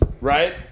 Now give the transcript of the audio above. Right